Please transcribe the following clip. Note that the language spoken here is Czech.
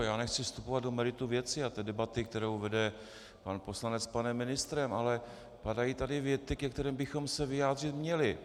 Já nechci vstupovat do merita věci a té debaty, kterou vede pan poslanec s panem ministrem, ale padají tady věty, ke kterým bychom se vyjádřit měli.